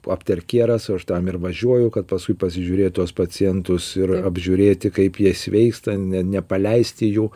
after kieras o aš tam ir važiuoju kad paskui pasižiūrėt tuos pacientus ir apžiūrėti kaip jie sveiksta ne nepaleisti jų